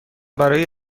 برای